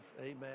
Amen